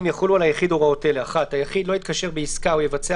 הוצאנו עכשיו שני קבצים: האחד עם הסעיפים שעדיין לא דיברנו